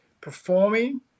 performing